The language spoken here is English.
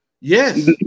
Yes